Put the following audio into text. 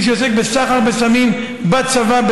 מי שעוסק בסחר בסמים בצבא,